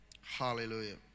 Hallelujah